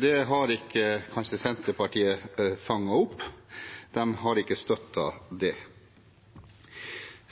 Det har Senterpartiet kanskje ikke fanget opp. De har ikke støttet det.